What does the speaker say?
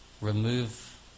Remove